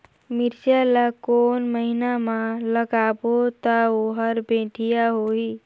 मिरचा ला कोन महीना मा लगाबो ता ओहार बेडिया होही?